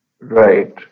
Right